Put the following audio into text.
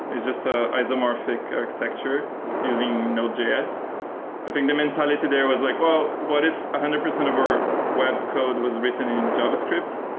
it's just ah isomorphic architecture using nodejs. i think the mentality there was like, well, what if one ah hundred percent of our web code was written in javascript?